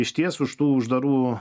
išties už tų uždarų